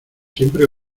siempre